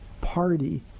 party